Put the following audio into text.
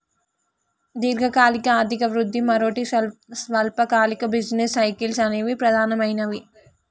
దీర్ఘకాలిక ఆర్థిక వృద్ధి, మరోటి స్వల్పకాలిక బిజినెస్ సైకిల్స్ అనేవి ప్రధానమైనవి